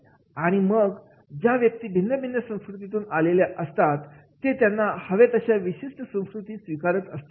आणि मग ज्या व्यक्ती भिन्नभिन्न संस्कृतीमधून आलेले असतात ते त्यांना हव्या त्या विशिष्ट जेवणाला स्वीकारत असतात